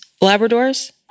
Labradors